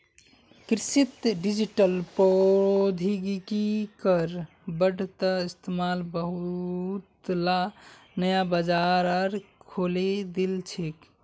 कृषित डिजिटल प्रौद्योगिकिर बढ़ त इस्तमाल बहुतला नया बाजार खोले दिल छेक